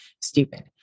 stupid